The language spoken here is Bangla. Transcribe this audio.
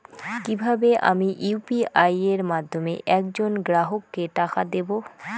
কিভাবে আমি ইউ.পি.আই এর মাধ্যমে এক জন গ্রাহককে টাকা দেবো?